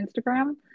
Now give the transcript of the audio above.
Instagram